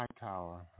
Hightower